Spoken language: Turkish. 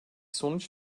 sonuç